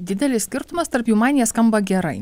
didelis skirtumas tarp jų man jie skamba gerai